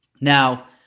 Now